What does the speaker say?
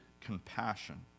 compassion